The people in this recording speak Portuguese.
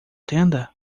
tenda